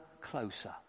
closer